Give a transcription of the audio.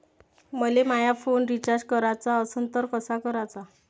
मले माया phone recharge कराचा असन तर कसा कराचा?